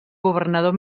governador